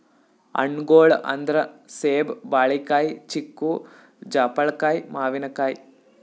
ಹಣ್ಣ್ಗೊಳ್ ಅಂದ್ರ ಸೇಬ್, ಬಾಳಿಕಾಯಿ, ಚಿಕ್ಕು, ಜಾಪಳ್ಕಾಯಿ, ಮಾವಿನಕಾಯಿ